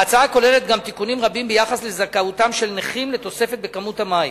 ההצעה כוללת גם תיקונים רבים ביחס לזכאותם של נכים לתוספת בכמות המים.